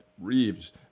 Reeves